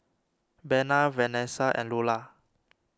Bena Venessa and Lulla